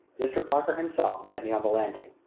mr. parker himself met me on the landing.